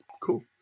Cool